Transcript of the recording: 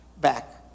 back